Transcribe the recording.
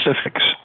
specifics